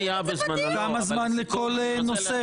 כמה זמן לכל נושא?